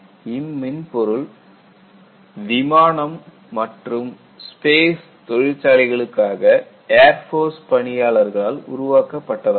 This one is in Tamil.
இம்மென்பொருள் விமானம் மற்றும் ஸ்பேஸ் தொழிற்சாலைகளுக்காக ஏர்போர்ஸ் பணியாளர்களால் உருவாக்கப்பட்டதாகும்